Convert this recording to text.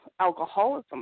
alcoholism